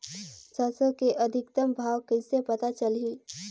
सरसो के अधिकतम भाव कइसे पता चलही?